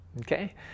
Okay